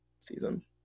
season